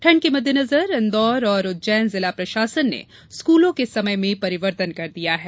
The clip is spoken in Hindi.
ठंड के मद्देनजर इंदौर और उज्जैन जिला प्रशासन ने स्कूलों के समय में परिवर्तन किया है